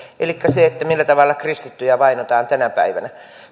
elikkä siihen millä tavalla kristittyjä vainotaan tänä päivänä